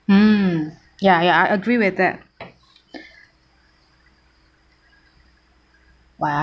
um ya ya I agree with that